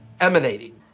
emanating